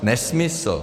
Nesmysl.